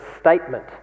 statement